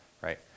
right